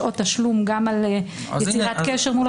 שעות תשלום על יצירת קשר,